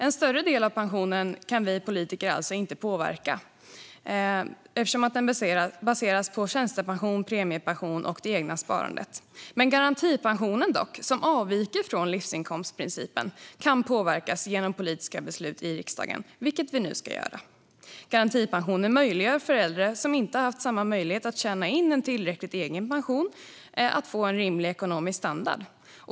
En större del av pensionen kan vi politiker alltså inte påverka eftersom den baseras på tjänstepension, premiepension och det egna sparandet. Garantipensionen, som avviker från livsinkomstprincipen, kan dock påverkas genom politiska beslut i riksdagen. Det ska vi nu göra. Garantipensionen möjliggör för äldre som inte har haft samma möjlighet att tjäna in en tillräcklig egen pension att få en rimlig ekonomisk standard.